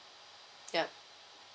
ya